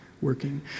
working